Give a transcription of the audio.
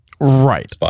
right